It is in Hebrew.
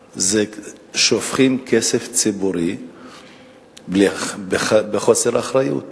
שופכים כסף ציבורי בחוסר אחריות,